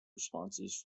responses